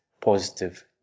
positive